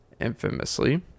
infamously